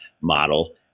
model